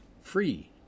free